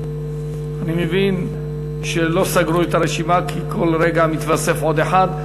אני מבין שלא סגרו את הרשימה כי כל רגע מתווסף עוד אחד.